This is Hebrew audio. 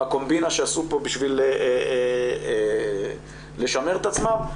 בקומבינה שעשו פה בשביל לשמר את עצמם,